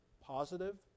positive